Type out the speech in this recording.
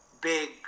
big